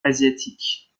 asiatique